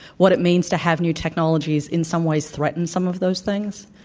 what it means to have new technologies in some ways threaten some of those things.